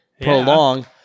Prolong